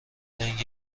لنگ